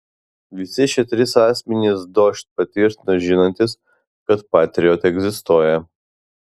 visi šie trys asmenys dožd patvirtino žinantys kad patriot egzistuoja